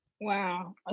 Wow